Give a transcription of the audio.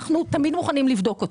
אנחנו תמיד מוכנים לבדוק אותו.